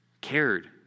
cared